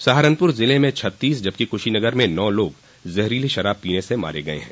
सहारनपुर जिले में छत्तीस जबकि कुशीनगर में नौ लोग जहरीली शराब पीने से मारे गये है